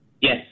Yes